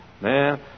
Man